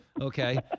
okay